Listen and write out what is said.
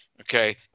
okay